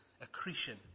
accretion